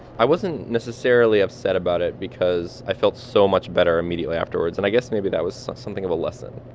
i wasn't necessarily upset about it because i felt so much better immediately afterward. and i guess maybe that was something of a lesson